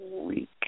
week